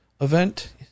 event